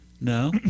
No